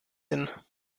hin